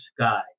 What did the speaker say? sky